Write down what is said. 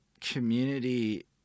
community